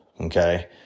Okay